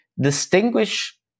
distinguish